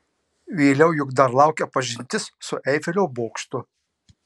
vėliau juk dar laukia pažintis su eifelio bokštu